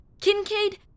Kincaid